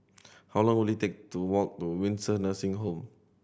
how long will it take to walk to Windsor Nursing Home